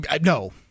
no